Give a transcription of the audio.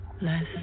less